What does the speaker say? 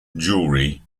jewelry